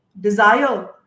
desire